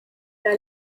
that